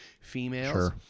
females